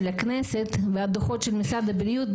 של הכנסת והדוחות של משרד הבריאות,